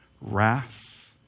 wrath